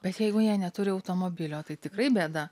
bet jeigu jie neturi automobilio tai tikrai bėda